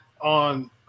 on